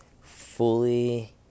fully